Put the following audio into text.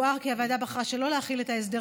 יוער כי הוועדה בחרה שלא להחיל את ההסדר